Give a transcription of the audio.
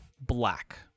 black